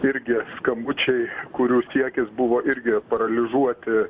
irgi skambučiai kurių siekis buvo irgi paralyžuoti